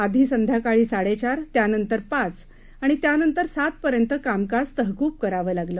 आधीसंध्याकाळीसाडेचार त्यानंतरपाचआणित्यानंतरसातपर्यंतकामकाजतहकूबकरावंलागलं